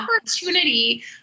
opportunity